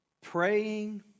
praying